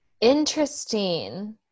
interesting